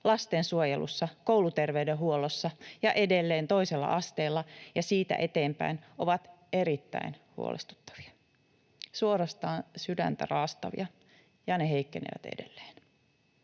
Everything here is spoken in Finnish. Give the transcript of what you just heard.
lastensuojelussa, kouluterveydenhuollossa ja edelleen toisella asteella ja siitä eteenpäin ovat erittäin huolestuttavia, suorastaan sydäntä raastavia, ja ne heikkenevät edelleen.